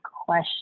question